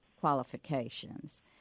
qualifications